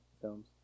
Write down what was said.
films